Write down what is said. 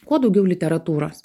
kuo daugiau literatūros